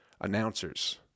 announcers